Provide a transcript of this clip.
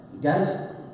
Guys